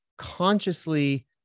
Consciously